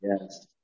Yes